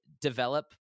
develop